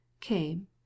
came